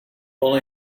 only